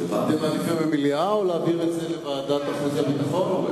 אתם מעדיפים לדון במליאה או להעביר את זה לוועדת החוץ והביטחון?